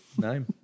name